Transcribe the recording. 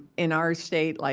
in our state, like